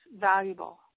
valuable